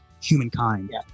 humankind